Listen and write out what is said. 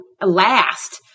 last